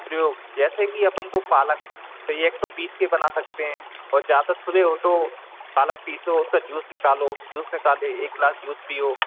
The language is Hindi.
प्रयोग जैसे कि अपन को पालक चाहिए एक तो पीस के बना सकते हैं और ज़्यादातर सुबह उठो पालक पीसो उसका जूस निकालो जूस निकाल लो एक गिलास जूस पियो